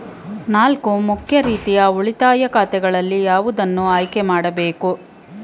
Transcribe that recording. ನಾಲ್ಕು ಮುಖ್ಯ ರೀತಿಯ ಉಳಿತಾಯ ಖಾತೆಗಳಲ್ಲಿ ಯಾವುದನ್ನು ಆಯ್ಕೆ ಮಾಡಬೇಕು?